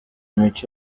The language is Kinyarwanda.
mike